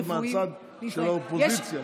יש תלונות מהצד של האופוזיציה.